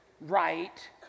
right